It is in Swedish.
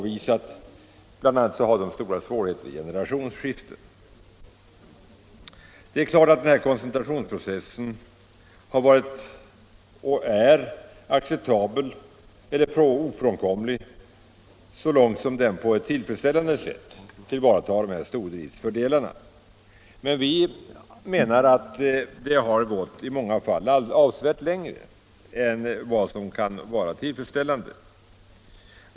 Vi har bl.a. påvisat att de har stora svårigheter vid generationsskiften. Det är klart att den här koncentrationsprocessen har varit och är ofrånkomlig så länge den på ett tillfredsställande sätt tillvaratar stordriftsfördelarna, men vi menar att den i många fall har gått avsevärt längre än vad som kan vara tillfredsställande.